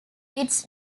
its